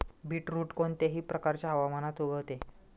beetroot कोणत्याही प्रकारच्या हवामानात उगवते